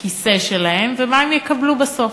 הכיסא שלהם ומה הם יקבלו בסוף.